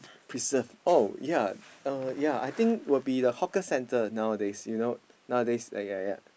preserve oh ya uh ya I think it will be the hawker centre nowadays you know nowadays ya ya ya